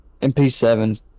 MP7